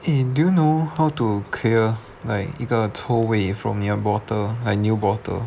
eh do you know how to clear like 一个臭味 from 你的 bottle like new bottle